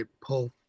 pull